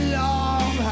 long